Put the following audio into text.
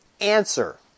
answer